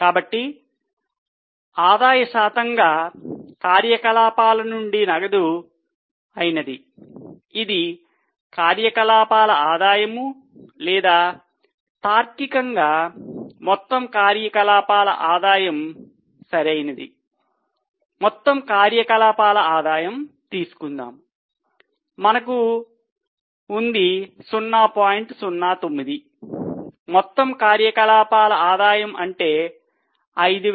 కాబట్టి ఆదాయ శాతంగా కార్యకలాపాల 0